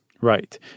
Right